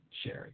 Sherry